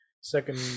Second